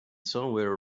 somewhere